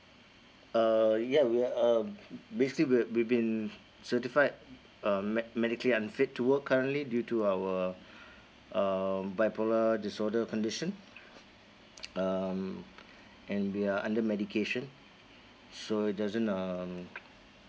uh ya we are um basically we we've been certified uh medi~ medically unfit to work currently due to our um bipolar disorder condition um and we are under medication so it doesn't um